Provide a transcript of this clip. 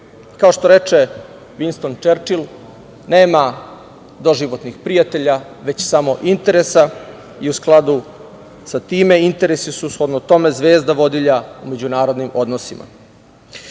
Kao što reče Vinston Čerčil – nema doživotnih prijatelja, već samo interesa i u skladu sa time interesi su shodno tome zvezda vodilja u međunarodnim odnosima.U